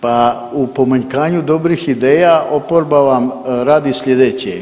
Pa u pomanjkanju dobrih ideja, oporba vam radi sljedeće.